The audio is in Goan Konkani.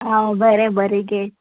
हा बरें बरें घे